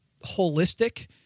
holistic